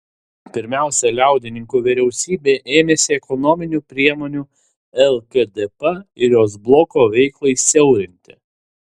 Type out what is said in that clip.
pirmiausia liaudininkų vyriausybė ėmėsi ekonominių priemonių lkdp ir jos bloko veiklai siaurinti